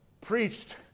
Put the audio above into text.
preached